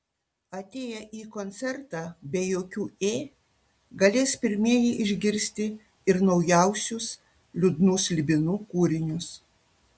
atėję į koncertą be jokių ė galės pirmieji išgirsti ir naujausius liūdnų slibinų kūrinius